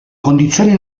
condizioni